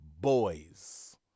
boys